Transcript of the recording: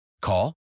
Call